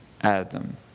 Adam